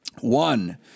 One